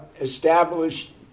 established